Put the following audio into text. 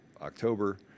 October